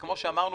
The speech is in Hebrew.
וכמו שאמרנו,